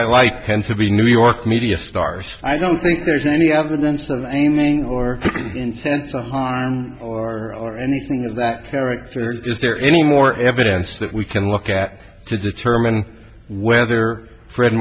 i like tend to be new york media stars i don't think there's any evidence of aiming or incense of harm or anything of that character is there any more evidence that we can look at to determine whether fred